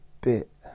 bit